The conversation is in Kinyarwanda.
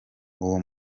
uwo